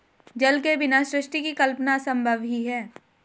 जल के बिना सृष्टि की कल्पना असम्भव ही है